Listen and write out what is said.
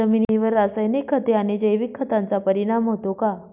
जमिनीवर रासायनिक खते आणि जैविक खतांचा परिणाम होतो का?